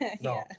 No